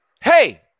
Hey